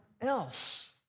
else